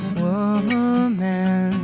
woman